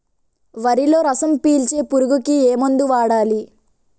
వరిలో రసం పీల్చే పురుగుకి ఏ మందు వాడాలి?